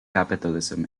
capitalism